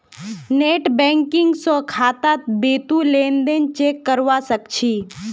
net banking स खातात बितु लेन देन चेक करवा सख छि